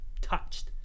touched